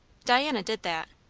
diana did that.